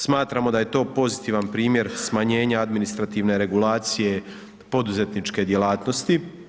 Smatramo da je to pozitivan primjer smanjenja administrativne regulacije poduzetničke djelatnosti.